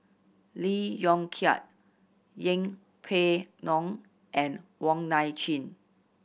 Lee Yong Kiat Yeng Pway Ngon and Wong Nai Chin